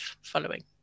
following